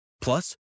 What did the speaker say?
Plus